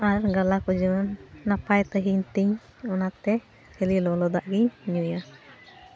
ᱟᱨ ᱜᱟᱞᱟᱠᱚ ᱡᱮᱢᱚᱱ ᱱᱟᱯᱟᱭ ᱛᱮᱦᱮᱱᱛᱤᱧ ᱚᱱᱟᱛᱮ ᱠᱷᱟᱹᱞᱤ ᱞᱚᱞᱚ ᱫᱟᱜ ᱜᱮᱧ ᱧᱩᱭᱟ